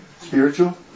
Spiritual